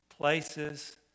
places